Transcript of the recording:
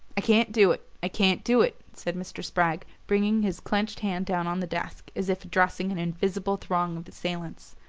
i can't do it i can't do it, said mr. spragg, bringing his clenched hand down on the desk, as if addressing an invisible throng of assailants.